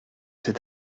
c’est